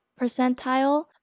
percentile